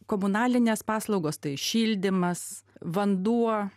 komunalinės paslaugos tai šildymas vanduo